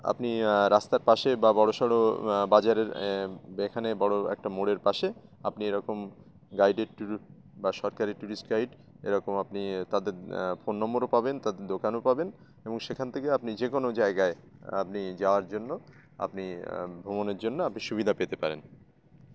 আপনি রাস্তার পাশে বা বড়ো সড়ো বাজারের এখানে বড়ো একটা মোড়ের পাশে আপনি এরকম গাইডের ট্যুর বা সরকারি টুরিস্ট গাইড এরকম আপনি তাদের ফোন নম্বরও পাবেন তাদের দোকানও পাবেন এবং সেখান থেকে আপনি যে কোনো জায়গায় আপনি যাওয়ার জন্য আপনি ভ্রমণের জন্য আপনি সুবিধা পেতে পারেন